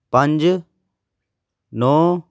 ਪੰਜ ਨੌਂ